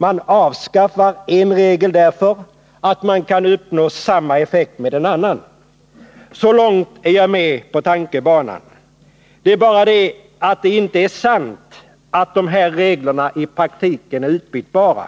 Man avskaffar en regel därför att man kan uppnå samma effekt med en annan. Så långt är jag med i tankebanan. Det är bara det att det inte är sant att dessa regler i praktiken är utbytbara.